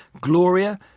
Gloria